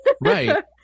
Right